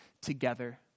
together